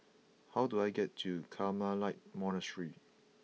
how do I get to Carmelite Monastery